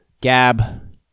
gab